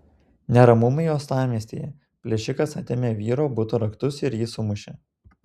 neramumai uostamiestyje plėšikas atėmė vyro buto raktus ir jį sumušė